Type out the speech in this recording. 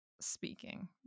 speaking